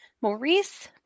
Maurice